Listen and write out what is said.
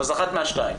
אז אחת משתיים,